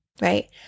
right